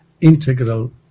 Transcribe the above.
integral